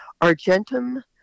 Argentum